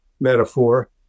metaphor